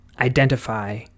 identify